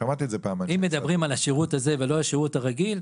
שמעתי את זה פעם --- אם מדברים על השירות הזה ולא על השירות הרגיל,